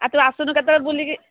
ଆଉ ତୁ ଆସୁନୁ କେତେବେଳେ ବୁଲି କି